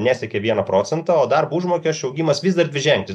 nesiekė vieno procento o darbo užmokesčio augimas vis dar dviženklis